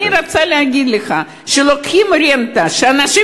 אני רוצה להגיד לך שלוקחים רנטה שאנשים